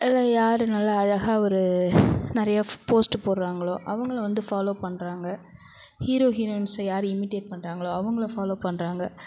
இல்லை யார் நல்ல அழகாக ஒரு நிறைய போஸ்ட்டு போடுறாங்களோ அவங்கள வந்து ஃபாலோ பண்ணுறாங்க ஹீரோ ஹீரோயின்ஸை யார் இமிட்டேட் பண்ணுறாங்களோ அவங்கள ஃபாலோ பண்ணுறாங்க